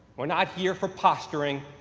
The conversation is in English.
we're not here for posturing.